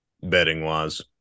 betting-wise